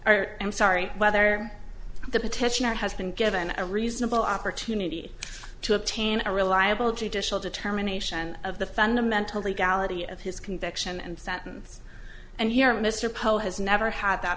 are i'm sorry whether the petitioner has been given a reasonable opportunity to obtain a reliable judicial determination of the fundamental legality of his conviction and sentence and here mr poe has never had that